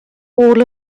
all